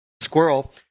squirrel